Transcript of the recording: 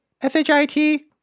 S-H-I-T